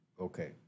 Okay